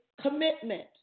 commitment